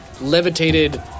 levitated